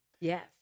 Yes